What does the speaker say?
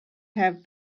have